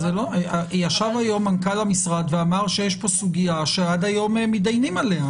אבל ישב היום מנכ"ל המשרד ואמר שיש פה סוגיה שעד היום מתדיינים עליה,